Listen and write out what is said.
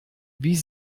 wie